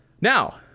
Now